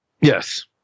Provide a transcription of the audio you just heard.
Yes